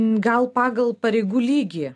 gal pagal pareigų lygį